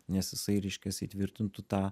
nes jisai reiškias įtvirtintų tą